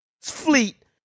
Fleet